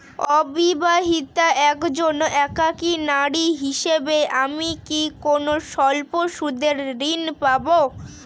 অবিবাহিতা একজন একাকী নারী হিসেবে আমি কি কোনো স্বল্প সুদের ঋণ পাব?